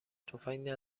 تفنگ